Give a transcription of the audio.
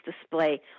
display